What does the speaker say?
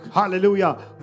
hallelujah